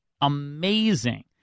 amazing